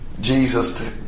Jesus